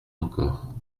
encore